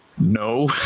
no